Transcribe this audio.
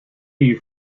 you